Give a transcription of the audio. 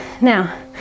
Now